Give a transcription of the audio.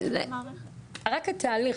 רק התהליך,